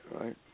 right